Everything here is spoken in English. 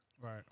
Right